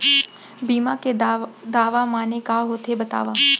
बीमा के दावा माने का होथे बतावव?